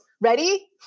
Ready